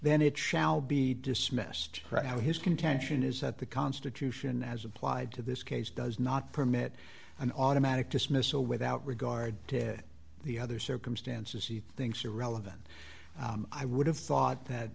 then it shall be dismissed right now his contention is that the constitution as applied to this case does not permit an automatic dismissal without regard to the other circumstances he thinks are relevant i would have thought that